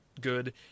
good